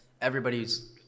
everybody's